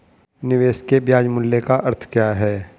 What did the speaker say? निवेश के ब्याज मूल्य का अर्थ क्या है?